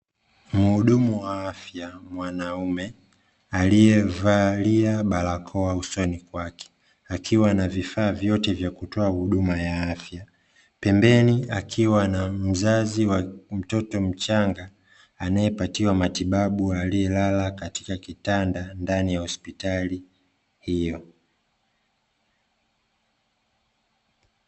Muhudumu wa afya mwanaume aliyevalia barakoa usoni kwake akiwa na vifaa vyote vya kutoa huduma ya afya . Pembeni akiwa na mzazi wa mtoto mchanga, anayepatiwa matibabu aliyelala katika kitanda ndani ya hospitali hiyo.